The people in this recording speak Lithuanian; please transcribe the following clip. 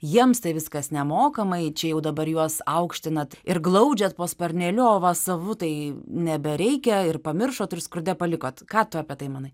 jiems tai viskas nemokamai čia jau dabar juos aukština ir glaudžiat po sparneliu o va savų tai nebereikia ir pamiršot ir skurde palikot ką tu apie tai manai